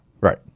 Right